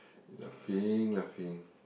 laughing laughing